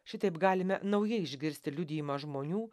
šitaip galime naujai išgirsti liudijimą žmonių